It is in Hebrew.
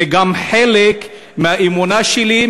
זה גם חלק מהאמונה שלי,